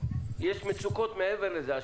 יש מצוקות מעבר לזה.